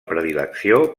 predilecció